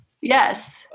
Yes